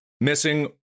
Missing